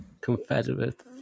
Confederate